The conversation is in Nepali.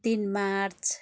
तिन मार्च